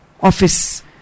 office